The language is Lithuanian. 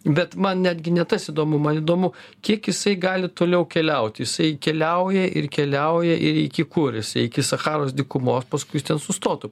bet man netgi ne tas įdomu man įdomu kiek jisai gali toliau keliaut jisai keliauja ir keliauja ir iki kur jis iki sacharos dykumos paskui jis ten sustotų